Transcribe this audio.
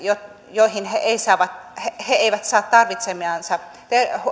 joihin he eivät saa tarvitsemaansa